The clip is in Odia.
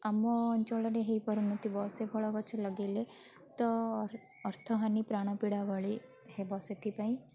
ଆମ ଅଞ୍ଚଳରେ ହେଇପାରୁ ନଥିବ ସେ ଫଳ ଗଛ ଲଗେଇଲେ ତ ଅର୍ଥହାନୀ ପ୍ରାଣପୀଡ଼ା ଭଳି ହେବ ସେଥିପାଇଁ